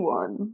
one